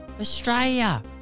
Australia